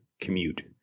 commute